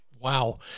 Wow